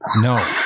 no